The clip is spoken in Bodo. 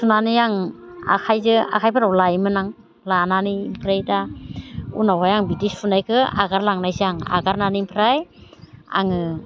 सुनानै आं आखाइजों आखाइफोराव लायोमोन आं लानानै ओमफ्राय दा उनावहाय आं बिदि सुनायखौ एंगारलांनायसै आं एंगारनानै ओमफ्राय आङो